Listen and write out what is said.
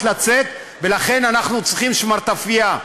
לצאת ולכן אנחנו צריכים שמרטפייה.